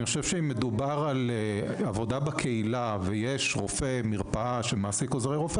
אם מדובר על עבודה בקהילה ויש רופא מרפאה שמעסיק עוזר רופא